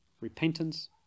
repentance